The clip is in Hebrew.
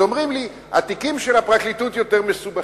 אז אומרים לי שהתיקים של הפרקליטות יותר מסובכים.